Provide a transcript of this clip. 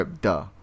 Duh